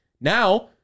Now